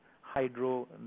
hydro